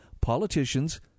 politicians